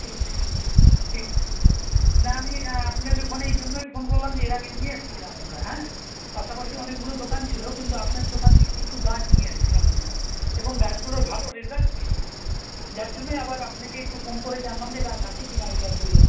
ঠিক ঠিক ঠিক ঠিক ঠিক না আমি আপনার ওখানে এই জন্যই ফোন করলাম যে এর আগে নিয়ে এসছিলাম আমরা হ্যাঁ পাশাপাশি অনেকগুলো দোকান ছিলো কিন্তু আপনার দোকান থেকে কিছু গাছ নিয়ে এসছিলাম আমরা এবং গাছগুলোর ভালো রেজাল্ট পেয়েছিলাম যার জন্যই আবার আপনাকে একটু ফোন করে জানলাম যে গাছ আছে কি না ওই গাছগুলো